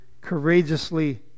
courageously